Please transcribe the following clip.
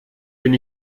bin